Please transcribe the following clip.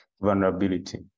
vulnerability